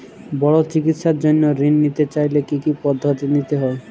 বড় চিকিৎসার জন্য ঋণ নিতে চাইলে কী কী পদ্ধতি নিতে হয়?